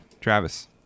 Travis